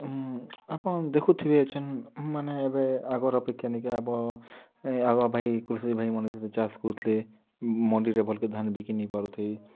ଆପଣ ଦେଖୁଥିବେ ମାନେ ଏବେ ଆଗର୍ ଅପେକ୍ଷା ଆଗ ଭାଇ କୃଷି ଭାଇମାନେ ଯେତେ ଚାଷ୍ କରୁଥିଲେ ମଣ୍ଡିରେ ଭଲ୍କି ଧାନ୍ ବିକି ନେଇଁପାରୁଥାଇ